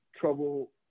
trouble